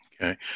Okay